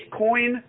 Bitcoin